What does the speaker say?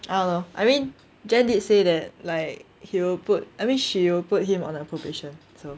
I don't know I mean jen did say that like he will put I mean she will put him on a probation so